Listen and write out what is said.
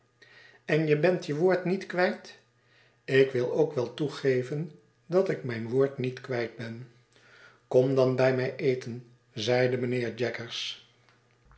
en je bent je woord niet kwijt ik wil ook wel toegeven dat ik mijn woord niet kwijt ben kom dan by mij eten zeide mijnheer jaggers